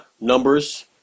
numbers